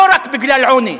לא רק בגלל עוני.